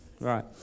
Right